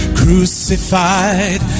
crucified